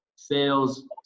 Sales